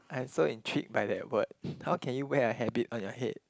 I'm so intrigued by that word how can you wear a habit on your head